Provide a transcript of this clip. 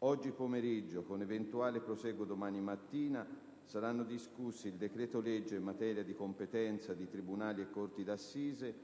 Oggi pomeriggio, con eventuale prosieguo domani mattina, saranno discussi il decreto-legge in materia di competenza di tribunali e corti d'assise,